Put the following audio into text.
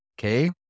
Okay